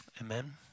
amen